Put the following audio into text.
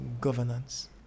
governance